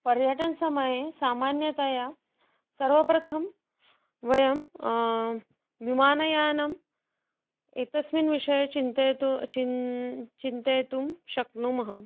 पर्यटनसमये सामान्यतया सर्वप्रथमं वयं विमानयानम् एतस्मिन् विषये चिन्तयतु चिन् चिन्तयितुं शक्नुमः